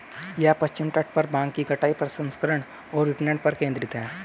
यह पश्चिमी तट पर भांग की कटाई, प्रसंस्करण और विपणन पर केंद्रित है